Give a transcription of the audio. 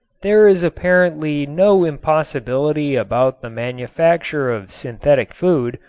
there is apparently no impossibility about the manufacture of synthetic food,